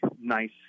nice